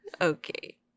Okay